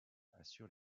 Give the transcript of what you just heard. assure